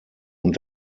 und